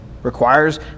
requires